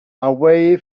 away